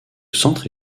centre